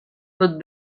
tot